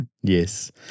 Yes